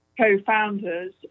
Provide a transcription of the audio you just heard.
co-founders